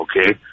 Okay